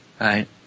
right